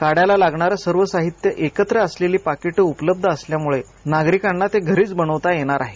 काढ्याला लागणार सर्व साहित्य एकत्र असलेली पाकीट उपलब्ध असल्यामुळे नागरिकांना तो घरीच बनवता येणार आहे